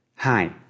Hi